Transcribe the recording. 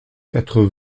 quatre